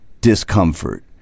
discomfort